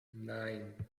nine